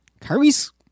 Kyrie's